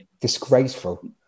Disgraceful